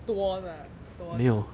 多 lah 多着